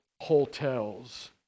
hotels